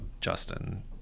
Justin